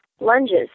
lunges